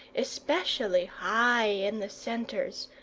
especially high in the centres,